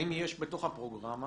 האם יש בתוך הפרוגרמה